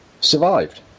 survived